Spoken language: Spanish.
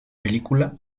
película